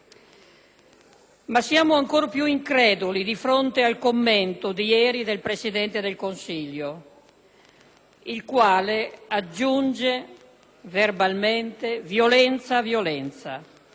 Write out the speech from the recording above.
però ancora più increduli di fronte al commento di ieri del Presidente del Consiglio, il quale aggiunge verbalmente violenza a violenza: